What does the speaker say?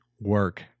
work